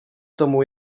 tomu